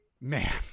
man